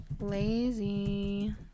Lazy